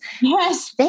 Yes